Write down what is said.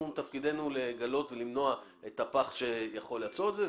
תפקידנו לגלות ולמנוע את הפח שיכול ליצור את זה,